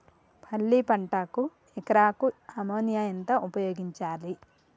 పల్లి పంటకు ఎకరాకు అమోనియా ఎంత ఉపయోగించాలి?